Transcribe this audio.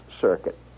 circuit